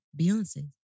Beyonce